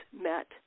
met